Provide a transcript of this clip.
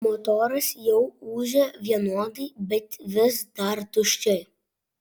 motoras jau ūžė vienodai bet vis dar tuščiai